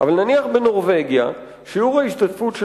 אבל נניח בנורבגיה שיעור ההשתתפות של